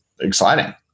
exciting